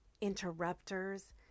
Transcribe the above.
interrupters